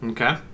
Okay